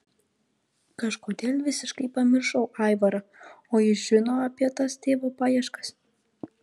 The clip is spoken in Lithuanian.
kažkodėl visiškai pamiršau aivarą o jis žino apie tas tėvo paieškas